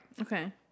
Okay